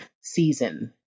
season